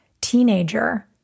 teenager